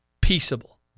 peaceable